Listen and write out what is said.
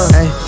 Hey